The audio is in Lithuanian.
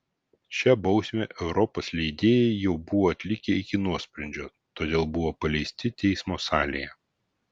šią bausmę europos leidėjai jau buvo atlikę iki nuosprendžio todėl buvo paleisti teismo salėje